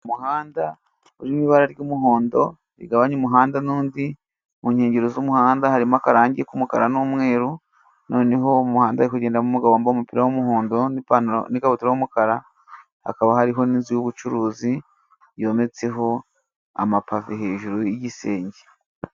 Umuhanda urimo ibara ry'umuhondo rigabanya umuhanda n'undi mu nkengero z'umuhanda harimo akarangi k'umukara n'umweru, noneho mu muhanda hari kugendamo umugabo wampaye umupira w'umuhondo n'ipantaro n'ikabutura y'umukara, hakaba hariho n'inzu y'ubucuruzi yometseho amapave hejuru y'igisenge.